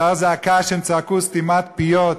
אותה הזעקה שהם צעקו, "סתימת פיות"